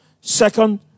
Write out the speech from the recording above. Second